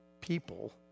People